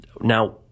Now